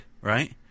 Right